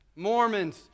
Mormons